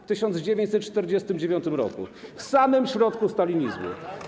W 1949 r., w samym środku stalinizmu.